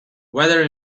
weather